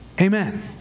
Amen